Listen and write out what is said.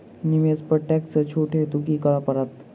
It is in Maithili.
निवेश पर टैक्स सँ छुट हेतु की करै पड़त?